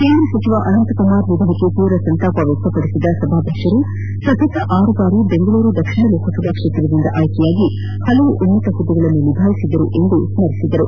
ಕೇಂದ್ರ ಸಚಿವ ಅನಂಣಕುಮಾರ್ ನಿಧನಕ್ಕೆ ತೀವ್ರ ಸಂತಾಪ ವ್ಯಕ್ತಪದಿಸಿದ ಸಭಾಧ್ಯಕ್ಷರು ಸತತವಾಗಿ ಆರು ಬಾರಿ ಬೆಂಗಳೂರು ದಕ್ಷಿಣ ಲೋಕಸಭಾ ಕ್ಷೇತ್ರದಿಂದ ಆಯ್ಕೆಯಾಗಿ ಹಲವಾರು ಉನ್ನತ ಹುದ್ದೆಗಳನ್ನು ನಿಭಾಯಿಸಿದ್ದರು ಎಂದು ಸ್ಕರಿಸಿದರು